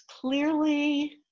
clearly